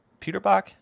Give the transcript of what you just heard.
Peterbach